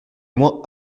moins